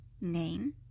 name